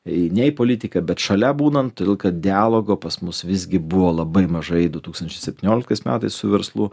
ne į politiką bet šalia būnant todėl kad dialogo pas mus visgi buvo labai mažai du tūkstančiai septynioliktais metais su verslu